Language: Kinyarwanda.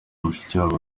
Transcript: mushikiwabo